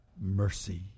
mercy